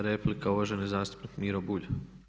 Replika uvaženi zastupnik Miro Bulj.